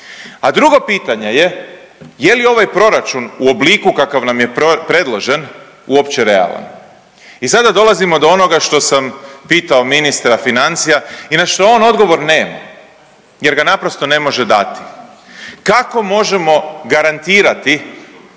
A drugo pitanje je, je li ovaj proračun u obliku kakav nam je predložen uopće realan? I sada dolazimo do onoga što sam pitao ministara financija i na što on odgovor nema jer ga naprosto ne može dati. Kako možemo garantirati